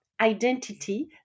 identity